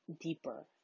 deeper